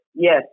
Yes